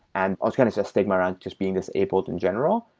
and ah kind of just stigma around just being this abled in general.